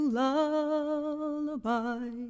lullaby